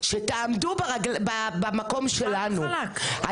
שתעמדו במקום שלנו.